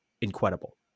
incredible